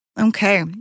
okay